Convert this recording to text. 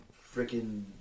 freaking